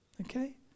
Okay